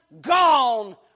Gone